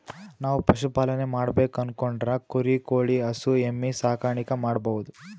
ನಾವ್ ಪಶುಪಾಲನೆ ಮಾಡ್ಬೇಕು ಅನ್ಕೊಂಡ್ರ ಕುರಿ ಕೋಳಿ ಹಸು ಎಮ್ಮಿ ಸಾಕಾಣಿಕೆ ಮಾಡಬಹುದ್